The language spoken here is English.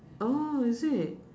oh is it